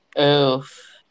oof